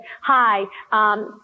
hi